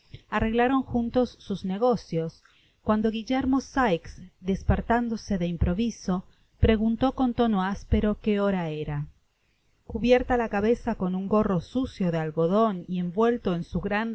ron juntos sus negocios cuando guillermo sikes dispertándose de improviso preguntó con tono áspero que hora era cubierta la cabeza con un gorro sucio de algodon y envuelto en su